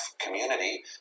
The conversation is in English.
community